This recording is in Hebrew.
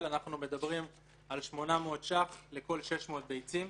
אנחנו מדברים על 800 שקלים לכל 600 ביצים.